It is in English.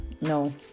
no